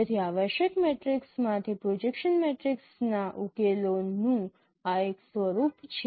તેથી આવશ્યક મેટ્રિક્સમાંથી પ્રોજેક્શન મેટ્રિસીસના ઉકેલોનું આ એક સ્વરૂપ છે